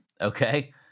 Okay